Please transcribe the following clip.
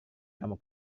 kamu